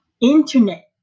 internet